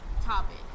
topic